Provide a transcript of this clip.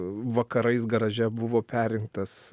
vakarais garaže buvo perrinktas